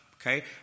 Okay